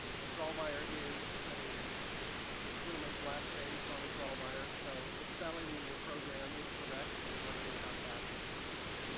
and grawemeyer is a gentleman's last name, charlie grawemeyer, so the spelling in your program is correct, if you're wondering about that.